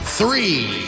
three